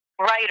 writer